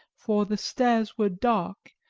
for the stairs were dark,